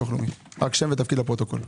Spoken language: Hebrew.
תודה.